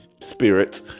spirits